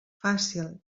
fàcil